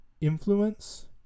influence